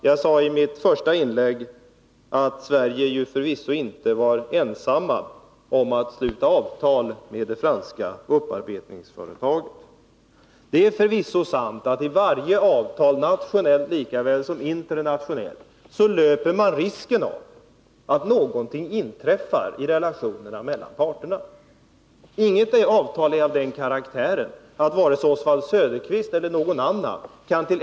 Jag sade i mitt första inlägg att Sverige förvisso inte var ensamt om att sluta avtal med det franska upparbetningsföretaget. Det är förvisso sant att man i varje avtal, nationellt lika väl som internationellt, löper risken att någonting inträffar i relationerna mellan parterna. Inget avtal är av den karaktären att vare sig Oswald Söderqvist eller någon annan kan till.